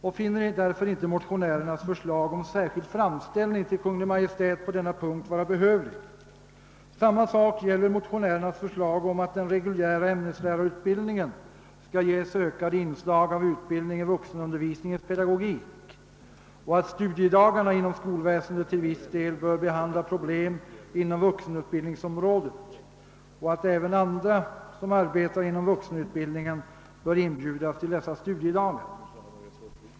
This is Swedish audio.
Man finner därför inte motionärernas förslag om särskild framställning till Kungl. Maj:t på denna punkt vara nödvändigt. Detsamma gäller motionärernas förslag om att åt den reguljära ämneslärarutbildningen skall ges ökade inslag av utbildning i vuxenundervisningens pedagogik och att studiedagarna inom skolväsendet till viss del bör behandla problem inom vuxenutbildningsområdet samt att även andra som arbetar inom vuxenutbildningen bör inbjudas till dessa studiedagar.